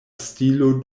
stilo